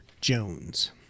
Jones